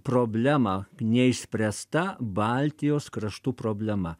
problema neišspręsta baltijos kraštų problema